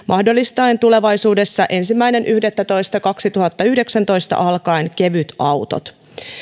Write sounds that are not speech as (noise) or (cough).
(unintelligible) mahdollistaen tulevaisuudessa ensimmäinen yhdettätoista kaksituhattayhdeksäntoista alkaen kevytautot